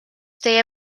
teie